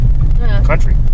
country